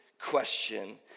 question